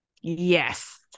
Yes